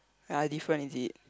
another difference is it